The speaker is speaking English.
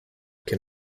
can